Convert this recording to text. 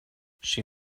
she